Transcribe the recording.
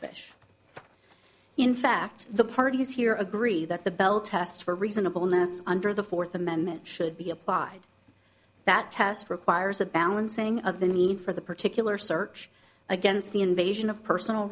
fish in fact the parties here agree that the belt test for reasonableness under the fourth amendment should be applied that test requires a balancing of the need for the particular search against the invasion of personal